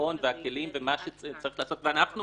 הביטחון והכלים ומה שצריך לעשות, ואנחנו